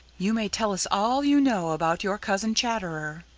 you may tell us all you know about your cousin, chatterer.